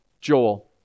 Joel